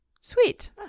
sweet